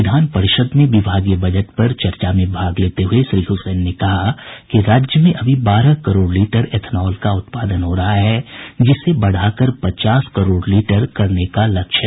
विधान परिषद में विभागीय बजट पर चर्चा में भाग लेते हुए श्री हुसैन ने कहा कि राज्य में अभी बारह करोड़ लीटर एथनॉल का उत्पादन हो रहा है जिसे बढ़ाकर पचास करोड़ लीटर करने का लक्ष्य है